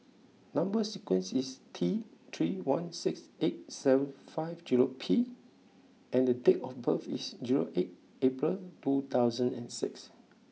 number sequence is T three one six eight seven five zero P and date of birth is zero eight April two thousand and six